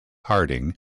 harding